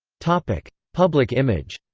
public public image